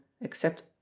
except